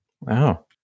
Wow